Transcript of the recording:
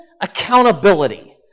accountability